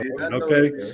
Okay